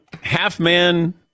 half-man